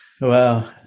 wow